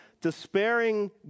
Despairing